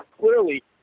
clearly